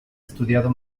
estudiado